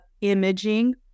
imaging